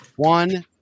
One